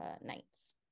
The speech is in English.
nights